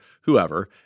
whoever